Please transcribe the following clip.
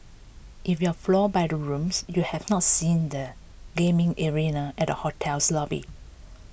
if you're floored by the rooms you have not seen the gaming arena at hotel's lobby